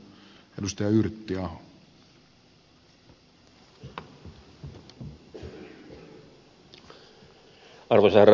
arvoisa herra puhemies